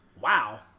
wow